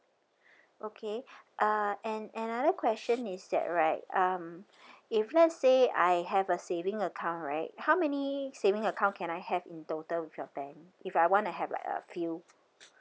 okay uh and another question is that right um if let's say I have a saving account right how many saving account can I have in total with your bank if I wanna have like a few